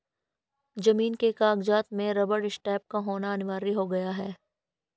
जमीन के कागजात में रबर स्टैंप का होना अनिवार्य हो गया है